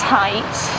tight